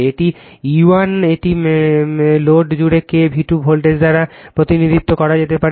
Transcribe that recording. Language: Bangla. এটি E1 এটি লোড জুড়ে K V2 ভোল্টেজ দ্বারা প্রতিনিধিত্ব করা যেতে পারে